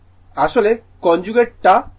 আসলে কনজুগেটটা নাও